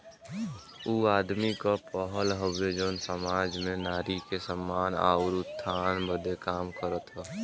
ऊ आदमी क पहल हउवे जौन सामाज में नारी के सम्मान आउर उत्थान बदे काम करत हौ